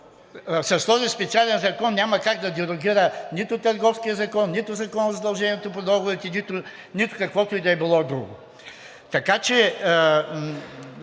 С този специален закон няма как да дерогира нито Търговския закон, нито Закона за задълженията по договорите, нито каквото и да било друго. Така че